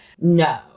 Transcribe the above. no